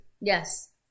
Yes